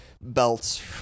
belts